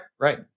right